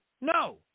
No